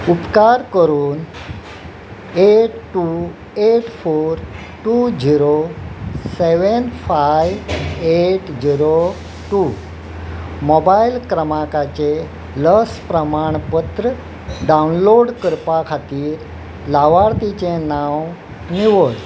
उपकार करून eight two eight four two zero seven five eight zero two mobile क्रमांकाचें लस प्रमाणपत्र डावनलोड करपा खातीर लावार्थीचे नांव निवड